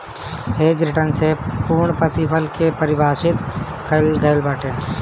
hedge return से पूर्णप्रतिफल के पारिभाषित कईल गईल बाटे